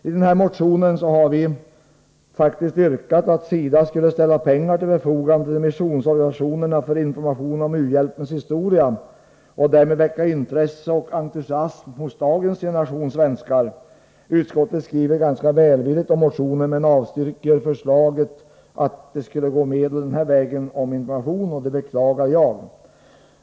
I motionen har vi yrkat att SIDA skall ställa medel till förfogande till missionsorganisationerna för information om u-hjälpens historia och därmed väcka intresse och entusiasm hos dagens generation svenskar. Utskottet skriver ganska välvilligt om motionen men avstyrker förslaget att medel till information skall gå den vägen. Jag beklagar det.